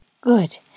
Good